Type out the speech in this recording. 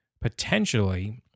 potentially